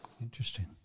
Interesting